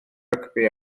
rygbi